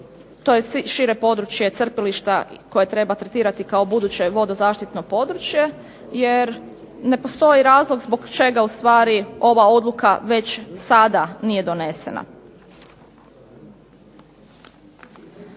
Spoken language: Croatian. to je šire područje crpilišta koje treba tretirati kao buduće vodozaštitno područje jer ne postoji razlog zbog čega ustvari ova odluka već sada nije donesena.